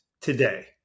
today